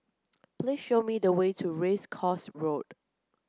please show me the way to Race Course Road